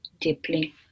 deeply